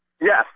Yes